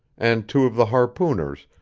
and two of the harpooners,